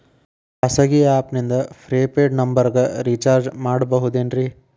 ಖಾಸಗಿ ಆ್ಯಪ್ ನಿಂದ prepaid ನಂಬರಿಗ ರೇಚಾರ್ಜ್ ಮಾಡಬಹುದೇನ್ರಿ?